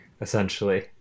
essentially